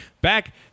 back